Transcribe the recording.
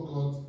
God